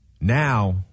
Now